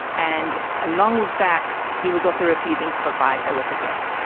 and along with that he was also refusing to provide her with the gett.